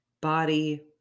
Body